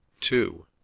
Two